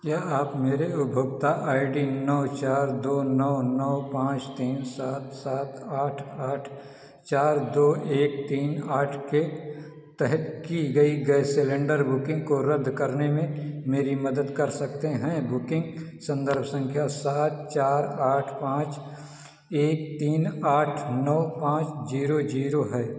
क्या आप मेरी उपभोक्ता आई डी नौ चार दो नौ नौ पाँच तीन सात सात आठ आठ चार दो एक तीन आठ के तहत की गई गैस सिलेंडर बुकिंग को रद्द करने में मेरी मदद कर सकते हैं बुकिंग संदर्भ संख्या सात चार आठ पाँच एक तीन आठ नौ पाँच जीरो जीरो है